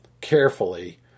carefully